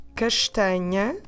castanha